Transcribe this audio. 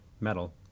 metal